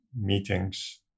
meetings